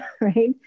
right